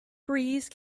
breeze